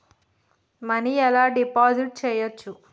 Money ఎలా deposit చేయచ్చు?